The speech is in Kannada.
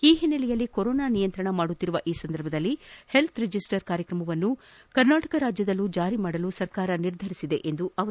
ಈ ಹಿನ್ನಲೆಯಲ್ಲಿ ಕೊರೊನಾ ನಿಯಂತ್ರಣ ಮಾಡುತ್ತಿರುವ ಈ ಸಂದರ್ಭದಲ್ಲಿ ಹೆಲ್ತ್ ರಿಜಿಸ್ಟರ್ ಕಾರ್ಯಕ್ರಮವನ್ನು ಕರ್ನಾಟಕ ರಾಜ್ಯದಲ್ಲಿಯೂ ಜಾರಿ ಮಾಡಲು ಸರ್ಕಾರ ನಿರ್ಧರಿಸಿದೆ ಎಂದರು